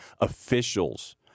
Officials